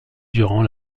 durant